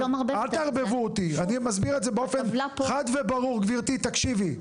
אני מסביר את זה באופן חד וברור, גברתי, תקשיבי,